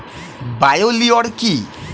Bio লিওর কি?